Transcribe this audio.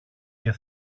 και